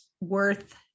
worth